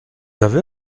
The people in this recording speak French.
avez